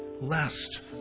lest